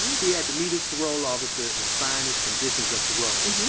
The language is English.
he had to meet his parole officers and sign his conditions of parole,